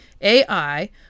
AI